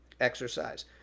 exercise